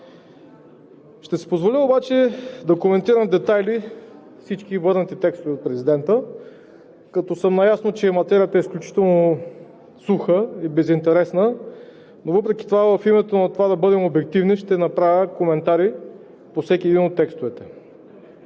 Ще си позволя обаче да коментирам детайли на всички върнати текстове от президента, като съм наясно, че и материята е изключително суха и безинтересна, но въпреки това в името на това да бъдем обективни ще направя коментари по всеки един от текстовете.